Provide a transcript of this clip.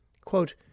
Quote